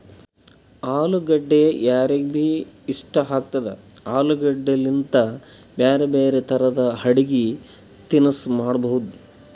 ಅಲುಗಡ್ಡಿ ಯಾರಿಗ್ಬಿ ಇಷ್ಟ ಆಗ್ತದ, ಆಲೂಗಡ್ಡಿಲಿಂತ್ ಬ್ಯಾರೆ ಬ್ಯಾರೆ ತರದ್ ಅಡಗಿ ತಿನಸ್ ಮಾಡಬಹುದ್